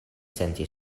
senti